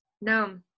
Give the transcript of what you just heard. no